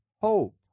hope